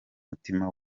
mutima